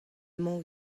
emañ